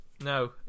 No